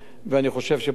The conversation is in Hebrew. וראש הממשלה,